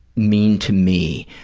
mean to me,